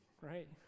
right